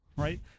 right